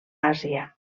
àsia